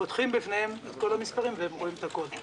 פותחים בפניהם את כל המספרים והם רואים את הכול.